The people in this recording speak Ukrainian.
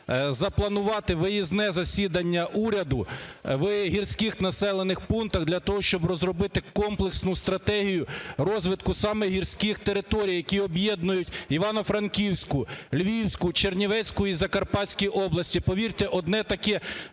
запланувати виїзне засідання уряду в гірських населених пунктах для того, щоб розробити комплексну стратегію розвитку саме гірських територій, які об'єднують Івано-Франківську, Львівську, Чернівецьку і Закарпатські області. Повірте, одне таке